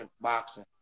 boxing